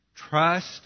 Trust